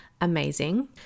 amazing